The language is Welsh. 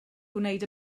gwneud